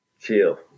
chill